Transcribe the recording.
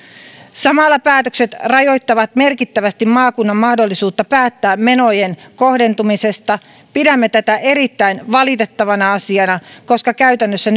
samalla päätökset rajoittavat merkittävästi maakunnan mahdollisuutta päättää menojen kohdentumisesta pidämme tätä erittäin valitettavana asiana koska käytännössä